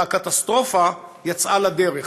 והקטסטרופה יצאה לדרך,